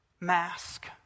mask